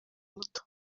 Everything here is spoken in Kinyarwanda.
muto